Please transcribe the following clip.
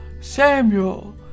Samuel